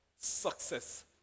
Success